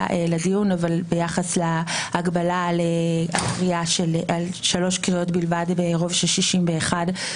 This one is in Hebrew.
לדיון אבל ביחס להגבלה על שלוש קריאות בלבד ברוב של 61,